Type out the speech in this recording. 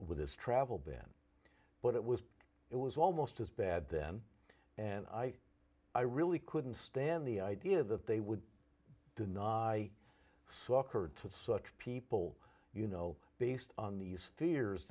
with this travel ban but it was it was almost as bad then and i i really couldn't stand the idea that they would deny i saw occurred to such people you know based on these fears